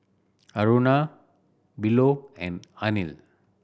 Aruna Bellur and Anil